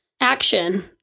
action